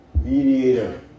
Mediator